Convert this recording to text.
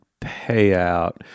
payout